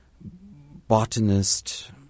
botanist